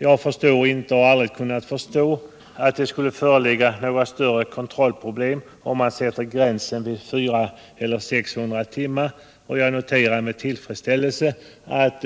Jag förstår inte och har aldrig kunnat förstå att det skulle föreligga större kontrollproblem om man sätter gränsen vid 400 i stället för 600 timmar, och jag noterar med tillfredsställelse att